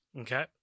Okay